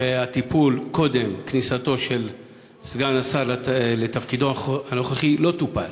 שקודם כניסתו של סגן השר לתפקידו הנוכחי העניין לא טופל.